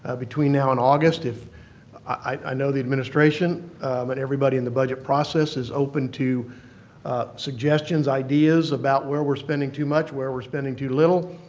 ah between now and august if i know the administration and but everybody in the budget process is open to suggestions, ideas about where we're spending too much, where we're spending too little.